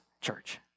church